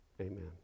Amen